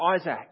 Isaac